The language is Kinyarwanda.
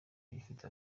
igifite